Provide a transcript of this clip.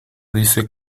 dice